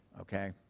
okay